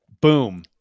Boom